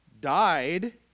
died